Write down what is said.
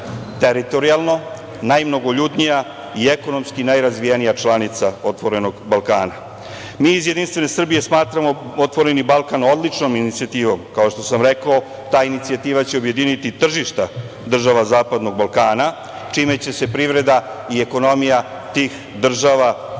teritorijalno, najmnogoljudnija i ekonomski najrazvijenija članica Otvorenog Balkana. Mi iz JS smatramo Otvoreni Balkan odličnom inicijativom, kao što sam rekao, ta inicijativa će objediniti tržišta država Zapadnog Balkana, čime će se privreda i ekonomija tih država koje